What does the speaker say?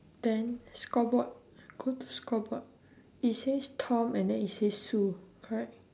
then scoreboard go to scoreboard it says tom and then it say sue correct